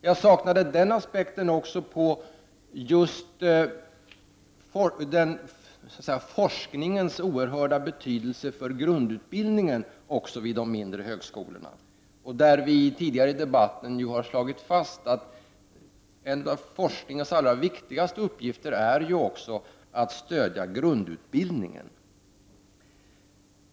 Jag saknade också den aspekten att forskningen har en oerhörd betydelse för grundutbildningen även vid de mindre högskolorna. Vi har ju tidigare i debatten slagit fast att en av forskningens allra viktigaste uppgifter är att stödja grundutbildningen.